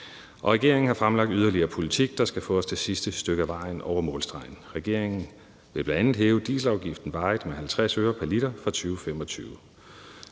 Regeringen har fremlagt yderligere politik, der skal få os det sidste stykke ad vejen over målstregen. Regeringen vil bl.a. hæve dieselafgiften varigt med 50 øre pr. liter fra 2025.